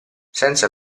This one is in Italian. senza